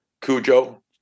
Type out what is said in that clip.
Cujo